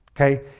Okay